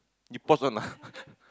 you pause one ah